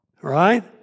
right